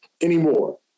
anymore